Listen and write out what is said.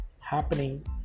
happening